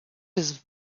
his